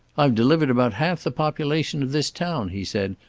i've delivered about half the population of this town, he said,